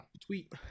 tweet